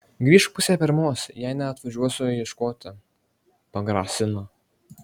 grįžk pusę pirmos jei ne atvažiuosiu ieškoti pagrasina